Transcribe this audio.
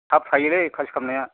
थाब थाइयोलै खासि खालामनाया